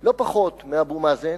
לא פחות מאבו מאזן,